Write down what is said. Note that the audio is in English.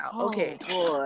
Okay